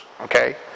okay